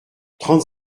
trente